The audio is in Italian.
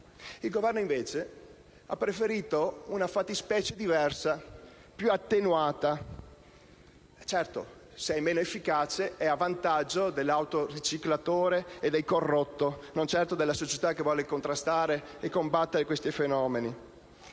Il Governo ha preferito una fattispecie diversa, più attenuata. Certo, se è meno efficace, è a vantaggio dell'autoriciclatore e del corrotto, e non certo della società che vuole contrastare e combattere questi fenomeni.